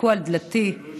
התדפקו על דלתי, זה